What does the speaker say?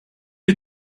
you